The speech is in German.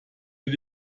mit